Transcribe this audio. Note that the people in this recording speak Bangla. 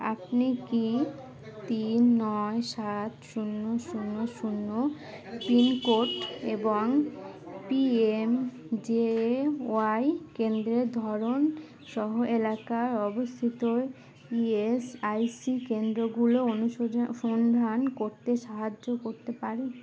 আপনি কি তিন নয় সাত শূন্য শূন্য শূন্য পিনকোড এবং P M J A Y কেন্দ্রের ধরন সহ এলাকায় অবস্থিত ই এস আই সি কেন্দ্রগুলো অনুসন্ধান করতে সাহায্য করতে পারেন